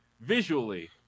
visually